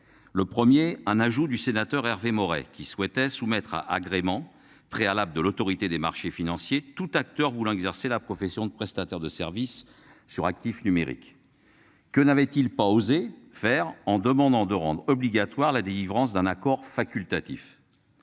le 1er un ajout du sénateur Hervé Maurey qui souhaitaient soumettre à agrément préalable de l'autorité des marchés financiers tout acteur voulant exercer la profession de prestataires de services sur actifs numériques. Que n'avait-il pas osé faire en demandant de rendre obligatoire la délivrance d'un accord facultatif.